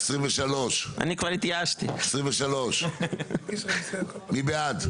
הסתייגות מספר 23. מי בעד?